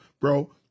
bro